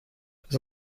das